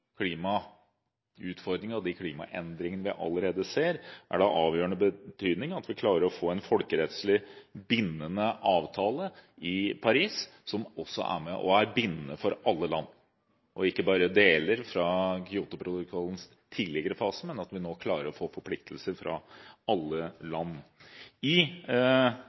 og klimaendringene vi allerede ser, er det av avgjørende betydning at vi klarer å få en folkerettslig bindende avtale i Paris, som også er bindende for alle land, ikke bare noen land fra Kyotoprotokollens tidligere fase.